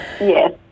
Yes